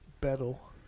battle